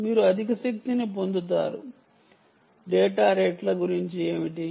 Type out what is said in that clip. మీరు అధిక శక్తిని పొందుతారు డేటా రేట్ల గురించి ఏమిటి